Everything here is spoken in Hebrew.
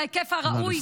בהיקף הראוי,